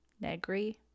Negri